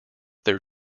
their